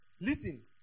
listen